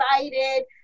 excited